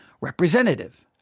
Representative